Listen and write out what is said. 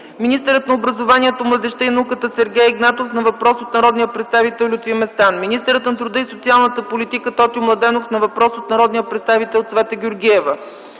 министърът на образованието, младежта и науката Сергей Игнатов на въпрос от народния представител Лютви Местан; - министърът на труда и социалната политика Тотю Младенов на въпрос от народния представител Цвета Георгиева;